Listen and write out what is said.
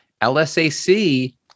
LSAC